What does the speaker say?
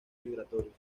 migratorios